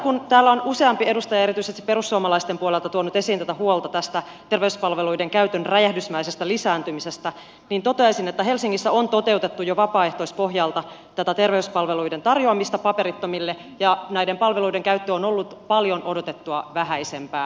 kun täällä on useampi edustaja erityisesti perussuomalaisten puolelta tuonut esiin huolta terveyspalveluiden käytön räjähdysmäisestä lisääntymisestä niin toteaisin että helsingissä on toteutettu jo vapaaehtoispohjalta terveyspalveluiden tarjoamista paperittomille ja näiden palveluiden käyttö on ollut paljon odotettua vähäisempää